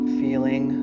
feeling